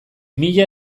mila